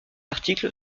article